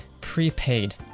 prepaid